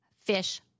fish